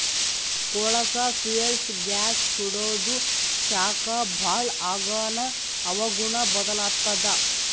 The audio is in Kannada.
ಕೊಳಸಾ ಫ್ಯೂಲ್ಸ್ ಗ್ಯಾಸ್ ಸುಡಾದು ಶಾಖ ಭಾಳ್ ಆಗಾನ ಹವಾಗುಣ ಬದಲಾತ್ತದ